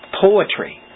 poetry